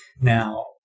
Now